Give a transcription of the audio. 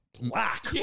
black